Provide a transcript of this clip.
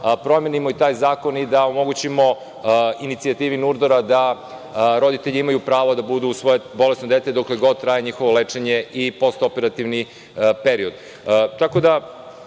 promeni i taj zakon i da omogućimo inicijativi NURDOR-a da roditelji imaju pravo da budu uz svoje bolesno dete dokle god traje njihovo lečenje i postoperativni period. Rekao